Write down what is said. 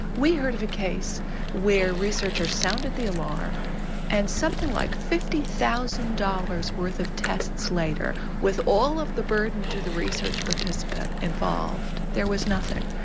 we heard of a case where researchers sounded the alarm and something like fifty thousand dollars worth of tests later, with all of the burden to the research participant involved, there was nothing.